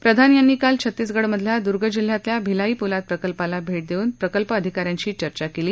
प्रधान यांनी काल छत्तीसगडमधल्या दुर्ग जिल्ह्यातल्या भिलाई पोलाद प्रकल्पाला भेट देवून प्रकल्प अधिकाऱ्यांशी चर्चा केली